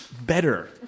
Better